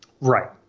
Right